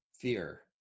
fear